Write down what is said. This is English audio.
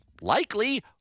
likely